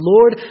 Lord